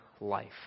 life